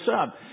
up